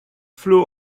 flew